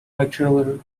lecturer